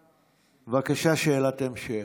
בבקשה, שאלת המשך.